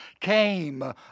came